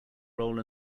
role